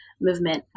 movement